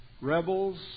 Rebels